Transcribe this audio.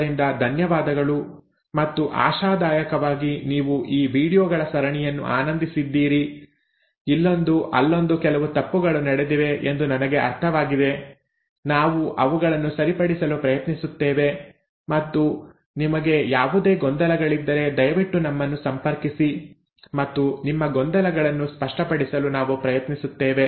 ಆದ್ದರಿಂದ ಧನ್ಯವಾದಗಳು ಮತ್ತು ಆಶಾದಾಯಕವಾಗಿ ನೀವು ಈ ವೀಡಿಯೊಗಳ ಸರಣಿಯನ್ನು ಆನಂದಿಸಿದ್ದೀರಿ ಇಲ್ಲೊಂದು ಅಲ್ಲೊಂದು ಕೆಲವು ತಪ್ಪುಗಳು ನಡೆದಿವೆ ಎಂದು ನನಗೆ ಅರ್ಥವಾಗಿದೆ ನಾವು ಅವುಗಳನ್ನು ಸರಿಪಡಿಸಲು ಪ್ರಯತ್ನಿಸುತ್ತೇವೆ ಮತ್ತು ನಿಮಗೆ ಯಾವುದೇ ಗೊಂದಲಗಳಿದ್ದರೆ ದಯವಿಟ್ಟು ನಮ್ಮನ್ನು ಸಂಪರ್ಕಿಸಿ ಮತ್ತು ನಿಮ್ಮ ಗೊಂದಲಗಳನ್ನು ಸ್ಪಷ್ಟಪಡಿಸಲು ನಾವು ಪ್ರಯತ್ನಿಸುತ್ತೇವೆ